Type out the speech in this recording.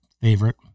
favorite